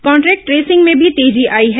contact tracing में भी तेजी आई है